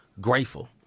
grateful